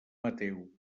mateu